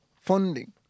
funding